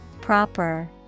Proper